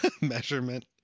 measurement